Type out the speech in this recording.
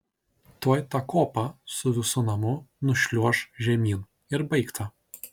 tuoj tą kopą su visu namu nušliuoš žemyn ir baigta